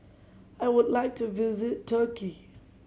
I would like to visit Turkey